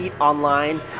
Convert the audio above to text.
online